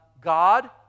God